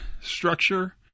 structure